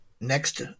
next